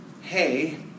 hey